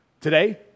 Today